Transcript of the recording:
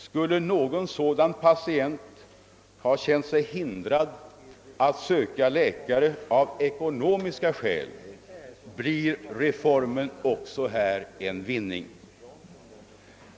Skulle någon sådan patient ha känt sig hindrad att söka läkare av ekonomiska skäl, blir reformen också här en vinning.